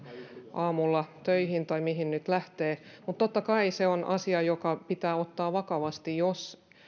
aamulla töihin tai mihin nyt lähtee mutta totta kai se on asia joka pitää ottaa vakavasti jos